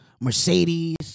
Mercedes